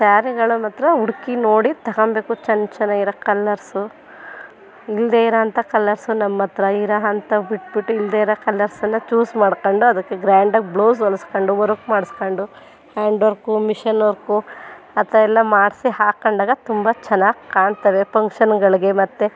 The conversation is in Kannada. ಸ್ಯಾರಿಗಳು ಮಾತ್ರ ಹುಡ್ಕಿ ನೋಡಿ ತಗೊಳ್ಬೇಕು ಚನ್ ಚೆನ್ನಾಗಿರೋ ಕಲ್ಲರ್ಸು ಇಲ್ದೇ ಇರುವಂಥ ಕಲ್ಲರ್ಸು ನಮ್ಮ ಹತ್ರ ಇರುವಂಥವು ಬಿಟ್ಬಿಟ್ಟು ಇಲ್ಲದೇ ಇರೋ ಕಲ್ಲರ್ಸನ್ನು ಚೂಸ್ ಮಾಡ್ಕೊಂಡು ಅದಕ್ಕೆ ಗ್ರ್ಯಾಂಡಾಗಿ ಬ್ಲೌಸ್ ಹೊಲ್ಸ್ಕೊಂಡು ವರ್ಕ್ ಮಾಡಿಸ್ಕೊಂಡು ಹ್ಯಾಂಡ್ ವರ್ಕು ಮಿಷನ್ ವರ್ಕು ಆ ಥರ ಎಲ್ಲ ಮಾಡಿಸಿ ಹಾಕೊಂಡಾಗ ತುಂಬ ಚೆನ್ನಾಗಿ ಕಾಣ್ತವೆ ಪಂಕ್ಷನ್ಗಳಿಗೆ ಮತ್ತೆ